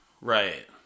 right